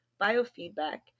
biofeedback